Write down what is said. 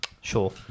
Sure